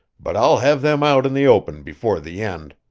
but i'll have them out in the open before the end.